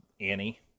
Annie